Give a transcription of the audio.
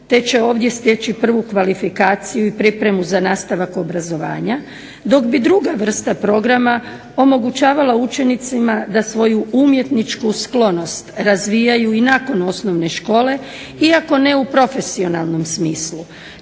te će ovdje steći prvu kvalifikaciju i pripremu za nastavak obrazovanja dok bi druga vrsta programa omogućavala učenicima da svoju umjetničku sklonost razvijaju i nakon osnovne škole iako ne u profesionalnom smislu.